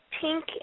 pink